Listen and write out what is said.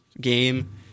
game